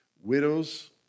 widows